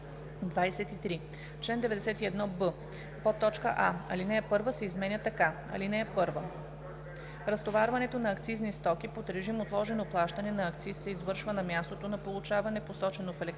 23. В чл. 91б: а) алинея 1 се изменя така: „(1) Разтоварването на акцизни стоки под режим отложено плащане на акциз се извършва на мястото на получаване, посочено в електронния